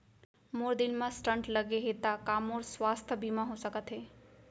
मोर दिल मा स्टन्ट लगे हे ता का मोर स्वास्थ बीमा हो सकत हे?